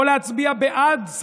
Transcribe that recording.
או להצביע בעד.